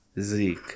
Zeke